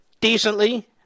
Decently